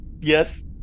Yes